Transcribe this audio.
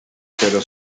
pero